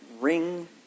ring